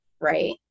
right